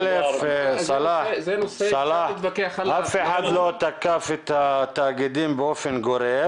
סלאח, אף אחד לא תקף את התאגידים באופן גורף